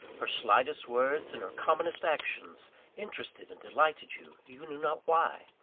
her slightest words and her commonest actions interested and delighted you, you knew not why.